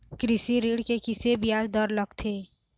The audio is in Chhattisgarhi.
कृषि ऋण के किसे ब्याज दर लगथे?